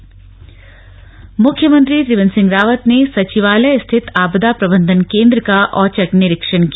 आपदा निरीक्षण मुख्यमंत्री त्रिवेन्द्र सिंह रावत ने सचिवालय स्थित आपदा प्रबन्धन केन्द्र का औचक निरीक्षण किया